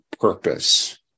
purpose